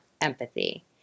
empathy